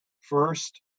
First